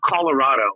Colorado